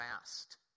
fast